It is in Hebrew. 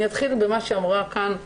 אני אתחיל במה שאמרה כאן מוריה,